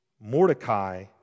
Mordecai